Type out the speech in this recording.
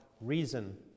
reason